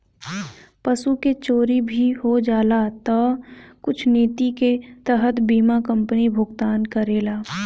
पशु के चोरी भी हो जाला तऽ कुछ निति के तहत बीमा कंपनी भुगतान करेला